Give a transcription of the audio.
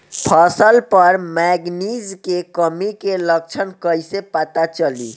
फसल पर मैगनीज के कमी के लक्षण कइसे पता चली?